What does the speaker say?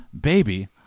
baby